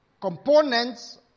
components